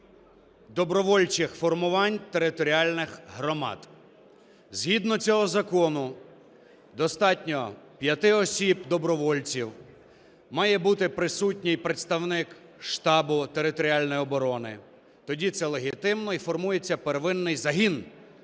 добровольчих формувань територіальних громад. Згідно цього закону достатньо п'яти осіб добровольців, має бути присутній представник штабу територіальної оборони, тоді це легітимно і формується первинний загін